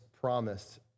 promised